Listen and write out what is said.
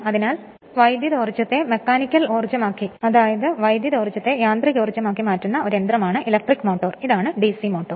അതിനാൽ വൈദ്യുതോർജ്ജത്തെ മെക്കാനിക്കൽ ഊർജ്ജമാക്കി മാറ്റുന്ന ഒരു യന്ത്രമാണ് ഇലക്ട്രിക് മോട്ടോർ ഇതാണ് ഡിസി മോട്ടോർ